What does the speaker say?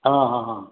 हां हां हां